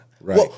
Right